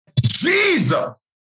Jesus